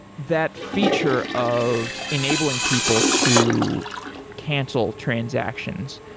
that feature of enabling people to cancel transactions,